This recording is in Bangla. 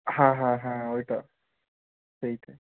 হ্যাঁ হ্যাঁ হ্যাঁ ওইটা সেইটাই